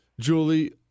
Julie